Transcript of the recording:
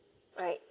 right